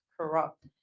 corrupt